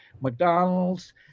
McDonald's